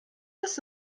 ist